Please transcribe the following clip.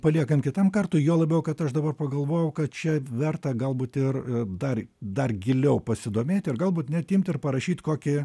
paliekam kitam kartui juo labiau kad aš dabar pagalvojau kad čia verta galbūt ir dar dar giliau pasidomėti ir galbūt net imt ir parašyt kokį